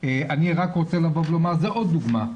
אני רוצה לומר שזאת עוד דוגמה,